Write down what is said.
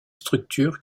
structure